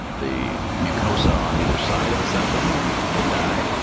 the mucosa on either side of the septum can die.